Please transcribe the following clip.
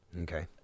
Okay